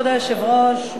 כבוד היושב-ראש,